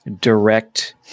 direct